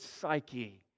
psyche